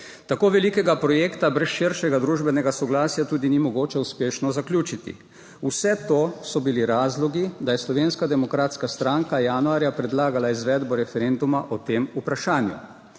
Tako velikega projekta brez širšega družbenega soglasja tudi ni mogoče uspešno zaključiti. Vse to so bili razlogi, da je Slovenska demokratska stranka januarja predlagala izvedbo referenduma o tem vprašanju.